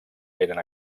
eren